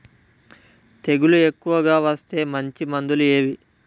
తెగులు ఎక్కువగా వస్తే మంచి మందులు ఏవి?